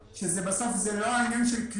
בסוף עניין של כלי